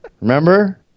Remember